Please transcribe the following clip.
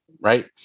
Right